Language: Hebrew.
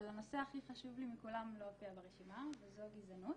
אבל הנושא הכי חשוב לי מכולם לא הופיע ברשימה וזו הגזענות.